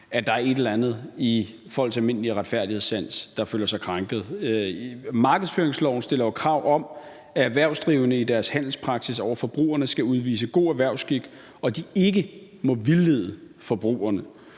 at der er et eller andet i folks almindelige retfærdighedssans, der bliver krænket. Markedsføringsloven stiller jo krav om, at erhvervsdrivende i deres handelspraksis over for forbrugerne skal udvise god erhvervskik, og at de ikke må vildlede forbrugerne.